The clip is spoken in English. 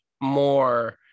more